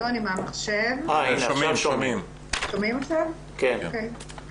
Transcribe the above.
אמנם בזום אבל אני רואה אותך,